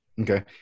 okay